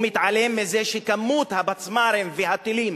הוא מתעלם מזה שכמות הפצמ"רים והטילים